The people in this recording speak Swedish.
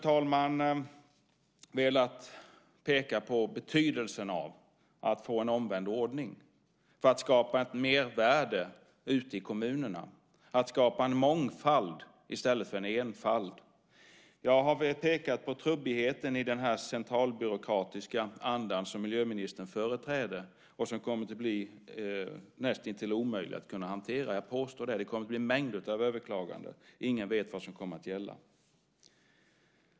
Jag har velat peka på betydelsen av att få en omvänd ordning för att skapa ett mervärde ute i kommunerna och för att skapa en mångfald i stället för en enfald. Jag har pekat på trubbigheten i den centralbyråkratiska anda som miljöministern företräder och som kommer att bli näst intill omöjlig att hantera. Jag påstår det. Det kommer att bli mängder av överklaganden. Ingen vet vad som kommer att gälla.